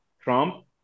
Trump